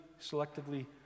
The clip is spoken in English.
selectively